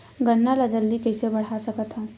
गन्ना ल जल्दी कइसे बढ़ा सकत हव?